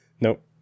Nope